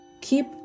keep